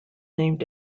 named